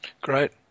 Great